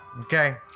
okay